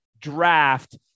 draft